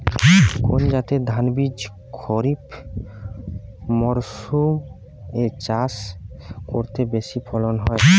কোন জাতের ধানবীজ খরিপ মরসুম এ চাষ করলে বেশি ফলন হয়?